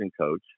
coach